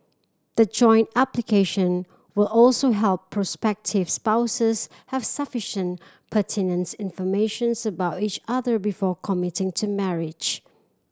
the joint application will also help prospective spouses have sufficient pertinent informations about each other before committing to marriage